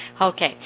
Okay